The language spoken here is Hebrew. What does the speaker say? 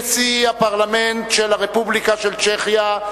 נשיא הפרלמנט של הרפובליקה של צ'כיה,